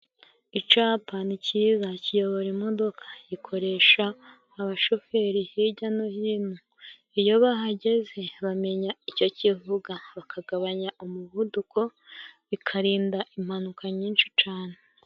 Icapa ni cyiza kiyobora imodoka gikoresha abashoferi, hirya no hino iyo bahageze bamenya icyo kivuga bakagabanya umuvuduko, bikarinda impanuka nyinshi cane.